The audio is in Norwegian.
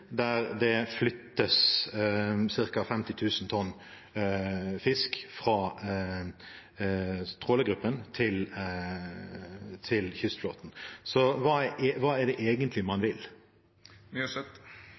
der det flyttes ca. 50 000 tonn fisk fra trålergruppen til kystflåten. Så hva er det egentlig man